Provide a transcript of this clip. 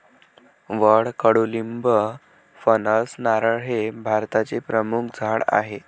वड, कडुलिंब, फणस, नारळ हे भारताचे प्रमुख झाडे आहे